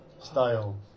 style